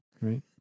Right